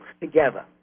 together